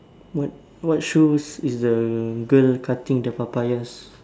what what shoes is the girl cutting the papayas